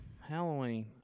halloween